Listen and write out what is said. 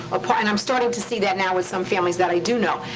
and i'm starting to see that now with some families that i do know.